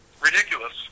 ridiculous